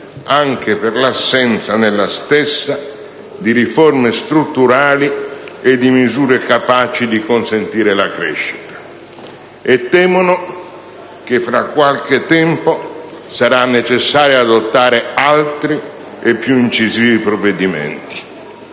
anche per l'assenza nella stessa di riforme strutturali e di misure capaci di consentire la crescita, e temono che fra qualche tempo sarà necessario adottare altri e più incisivi provvedimenti.